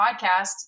podcast